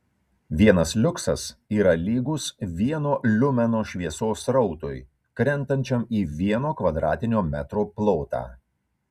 vienas liuksas yra lygus vieno liumeno šviesos srautui krentančiam į vieno kvadratinio metro plotą